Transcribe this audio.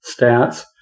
stats